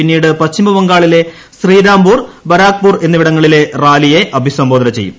പിന്നീട് പശ്ചിമബംഗാളിലെ ശ്രീരാംപൂർ ബരാക്പൂർ എന്നിവിടങ്ങളിലെ റാലിയെ അഭിസംബോധന ചെയ്യും